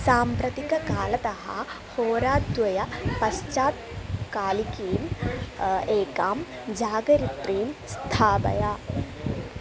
साम्प्रतिककालतः होराद्वयपश्चात्कालिकीं एकां जागरित्रीं स्थापय